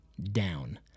down